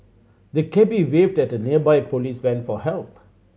the cabby waved at a nearby police van for help